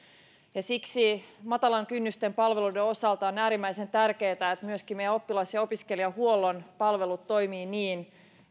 siksi matalan kynnyksen palveluiden osalta on äärimmäisen tärkeää että myöskin meidän oppilas ja ja opiskelijahuollon palvelut toimivat niin